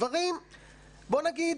דברים שבוא נגיד